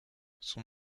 son